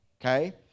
okay